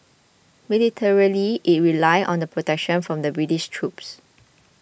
militarily it relied on the protection from the British troops